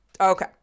Okay